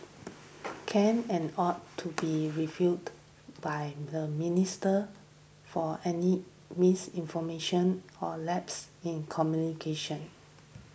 can and ought to be refuted by the minister for any misinformation or lapses in communication